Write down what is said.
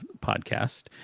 podcast